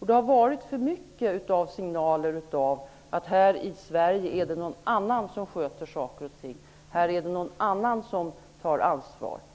Det har varit för många signaler om att det här i Sverige är någon annan som sköter saker och ting, att det är någon annan som tar ansvar.